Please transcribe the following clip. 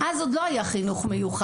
אז עוד לא היה חינוך מיוחד.